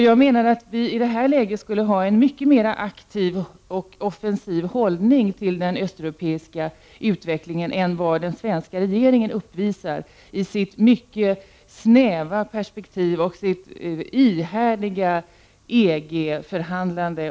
Vi borde i detta läge ha en mycket mera aktiv och offensiv hållning till den östeuropeiska utvecklingen än vad den svenska regeringen uppvisar i sitt mycket snäva perspektiv och sitt ihärdiga EG-förhandlande.